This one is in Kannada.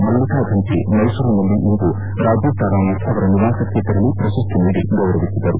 ಮಲ್ಲಿಕಾ ಫಂಟಿ ಮೈಸೂರಿನಲ್ಲಿಂದು ರಾಜೀವ್ ತಾರಾನಾಥ್ ಅವರ ನಿವಾಸಕ್ಕೆ ತೆರಳಿ ಪ್ರಶಸ್ತಿ ನೀಡಿ ಗೌರವಿಸಿದರು